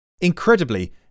incredibly